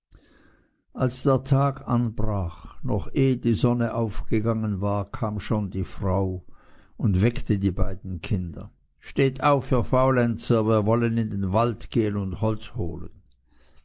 als der tag anbrach noch ehe die sonne aufgegangen war kam schon die frau und weckte die beiden kinder steht auf ihr faulenzer wir wollen in den wald gehen und holz holen